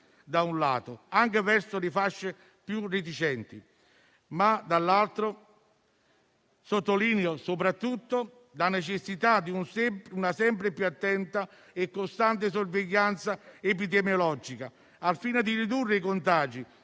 da un lato - anche delle fasce più reticenti e - dall'altro - soprattutto la necessità di una sempre più attenta e costante sorveglianza epidemiologica al fine di ridurre i contagi